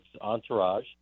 entourage